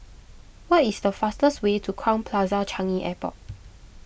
what is the fastest way to Crowne Plaza Changi Airport